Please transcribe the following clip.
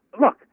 look